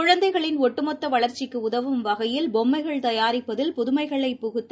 குழந்தைகளின் ஒட்டுமொத்தவளர்ச்சிக்குஉதவும் வகையில் பொம்மைகள் தயாரிப்பதில் புதுமைகளை புகுத்த